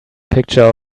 picture